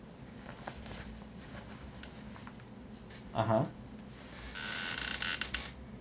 (uh huh)